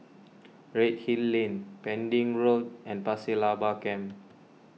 Redhill Lane Pending Road and Pasir Laba Camp